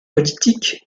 politiques